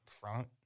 front